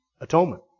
atonement